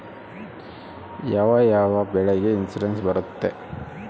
ಯಾವ ಯಾವ ಬೆಳೆಗೆ ಇನ್ಸುರೆನ್ಸ್ ಬರುತ್ತೆ?